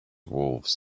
wolves